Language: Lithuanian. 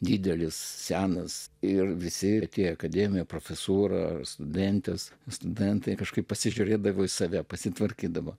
didelis senas ir visi tie akademinė profesūra studentės studentai kažkaip pasižiūrėdavo į save pasitvarkydavo